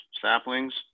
saplings